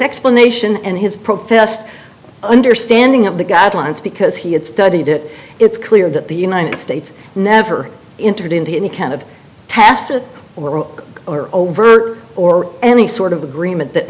explanation and his professed understanding of the guidelines because he had studied it it's clear that the united states never entered into any kind of tacit or or overt or any sort of agreement that